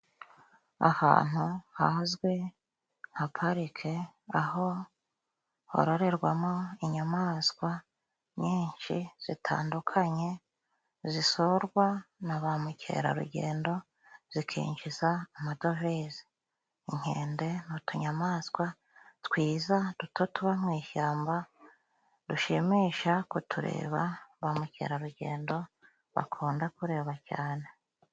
Ahantu hazwi nka parike aho hororerwamo inyamaswa nyinshi zitandukanye. Zisurwa na ba mukerarugendo zikinjiza amadovize. Inkende ni utunyamaswa twiza duto tuba mu ishyamba dushimisha kutureba, ba mukerarugendo bakunda kureba cyane.